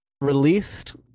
released